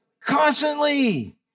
Constantly